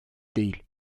değil